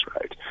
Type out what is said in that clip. right